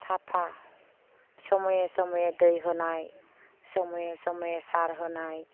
साफा समये समये दै होनाय समये समये सार होनाय